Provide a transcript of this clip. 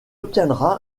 obtiendra